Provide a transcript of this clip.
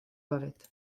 bavit